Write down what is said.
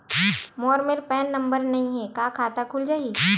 मोर मेर PAN number नई हे का खाता खुल जाही?